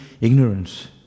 ignorance